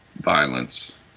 violence